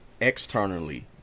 externally